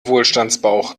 wohlstandsbauch